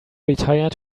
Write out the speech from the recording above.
retire